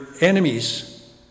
enemies